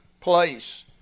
place